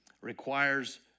requires